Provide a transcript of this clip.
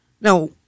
Now